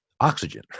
oxygen